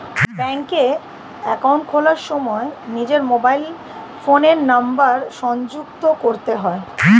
ব্যাঙ্কে অ্যাকাউন্ট খোলার সময় নিজের মোবাইল ফোনের নাম্বার সংযুক্ত করতে হয়